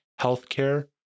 healthcare